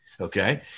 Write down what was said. Okay